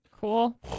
cool